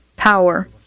power